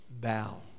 bow